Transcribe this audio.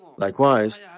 Likewise